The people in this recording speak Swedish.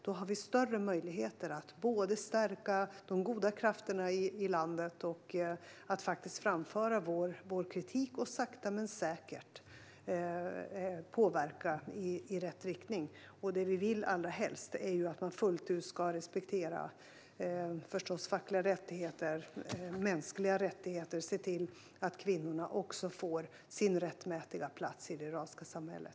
Då har vi större möjligheter att stärka de goda krafterna i landet, framföra vår kritik och sakta men säkert påverka i rätt riktning. Det som vi vill allra helst är att man fullt ut ska respektera fackliga och mänskliga rättigheter och se till att kvinnor får sin rättmätiga plats i det iranska samhället.